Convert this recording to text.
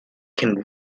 can